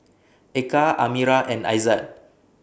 Eka Amirah and Aizat